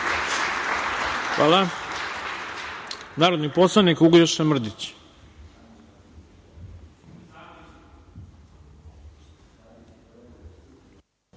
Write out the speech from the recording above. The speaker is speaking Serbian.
ima narodni poslanik Uglješa Mrdić.